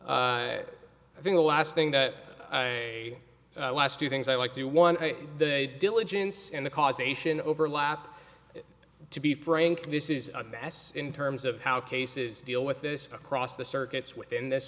i think the last thing the last two things i like the one the diligence and the causation overlap to be frank this is a mess in terms of how cases deal with this across the circuits within this